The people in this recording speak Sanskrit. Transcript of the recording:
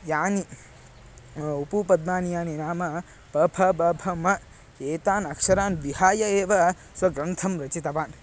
यानि उपूपद्मानीयानि नाम प फ प भ म एतान् अक्षरान् विहाय एव स्वग्रन्थं रचितवान्